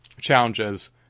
challenges